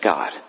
God